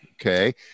Okay